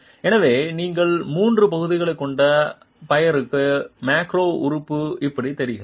எனவே நீங்கள் மூன்று பகுதிகளைக் கொண்ட பையருக்கு மேக்ரோ உறுப்பு இப்படித் தெரிகிறது